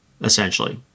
essentially